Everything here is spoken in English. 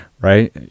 right